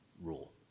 rule